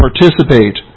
participate